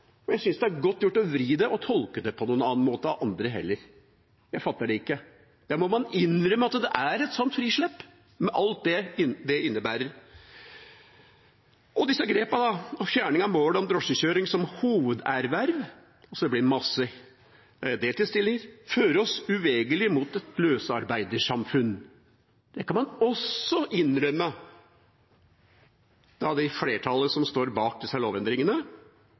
og jeg synes det er godt gjort å vri det og tolke det på en annen måte av andre også. Jeg fatter det ikke. Da må man innrømme at det er et frislipp med alt som det innebærer. Disse grepene med fjerning av mål om drosjekjøring som hovederverv, hvor det blir mange deltidsstillinger, fører oss uvegerlig mot et løsarbeidersamfunn. Det kan flertallet også innrømme – som står bak disse lovendringene.